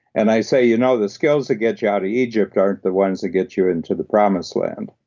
and i say, you know, the skills that get you out of egypt aren't the ones that get you into the promised land,